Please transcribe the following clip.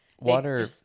water